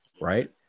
Right